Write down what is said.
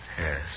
Yes